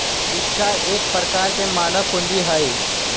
शिक्षा एक प्रकार के मानव पूंजी हइ